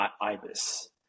ibis